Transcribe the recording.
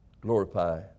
glorify